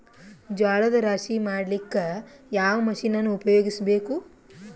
ಜೋಳದ ರಾಶಿ ಮಾಡ್ಲಿಕ್ಕ ಯಾವ ಮಷೀನನ್ನು ಉಪಯೋಗಿಸಬೇಕು?